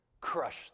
crush